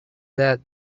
that